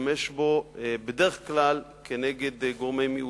להשתמש בו בדרך כלל כנגד גורמי מיעוט.